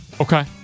Okay